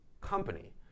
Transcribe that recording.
company